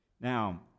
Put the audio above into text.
Now